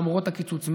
למרות הקיצוץ,